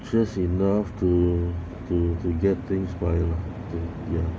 just enough to to to get things by lah to ya